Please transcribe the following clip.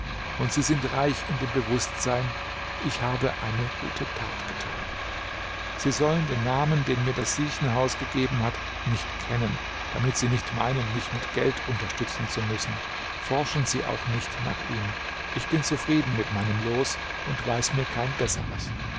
und sie sind reich in dem bewußtsein ich habe eine gute tat getan sie sollen den namen den mir das siechenhaus gegeben hat nicht kennen damit sie nicht meinen mich mit geld unterstützen zu müssen forschen sie auch nicht nach ihm ich bin zufrieden mit meinem los und weiß mir kein besseres